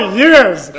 years